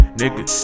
nigga